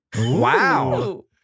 Wow